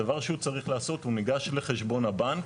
הדבר שהוא צריך לעשות הוא ניגש לחשבון הבנק,